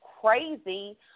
crazy